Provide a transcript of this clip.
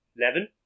Eleven